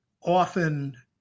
often